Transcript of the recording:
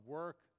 work